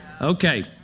Okay